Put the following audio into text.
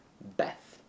Beth